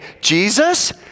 Jesus